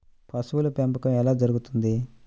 పశువుల పెంపకం ఎలా జరుగుతుంది?